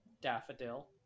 Daffodil